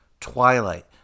twilight